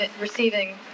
receiving